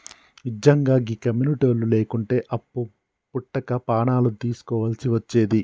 నిజ్జంగా గీ కమ్యునిటోళ్లు లేకుంటే అప్పు వుట్టక పానాలు దీస్కోవల్సి వచ్చేది